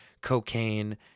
cocaine